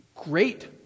great